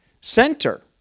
center